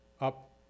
up